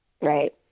Right